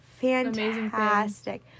fantastic